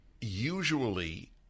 usually